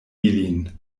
ilin